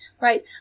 right